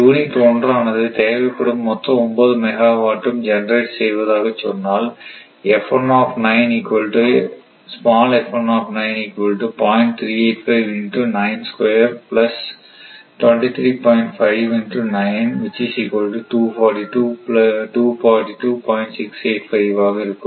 unit ஒன்றானது தேவைப்படும் மொத்த 9 மெகாவாட் ம் ஜெனரேட் செய்வதாகச் சொன்னால் ஆக இருக்கும்